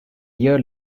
year